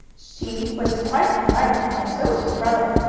she was quite delighted, and so was her brother.